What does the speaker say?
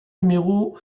numéro